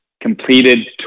completed